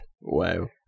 Wow